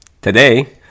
Today